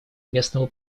местного